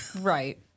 Right